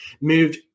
moved